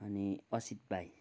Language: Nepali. अनि असित भाइ